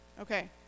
Okay